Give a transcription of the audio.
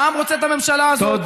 העם רוצה את הממשלה הזאת.